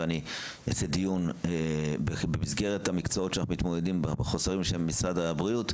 ואני אקיים דיון במסגרת החסרים במקצועות משרד הבריאות.